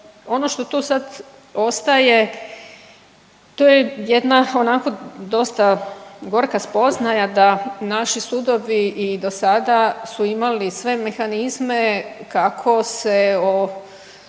Ono što tu sad ostaje to je jedna onako dosta gorka spoznaja da naši sudovi i dosada su imali sve mehanizme kako se,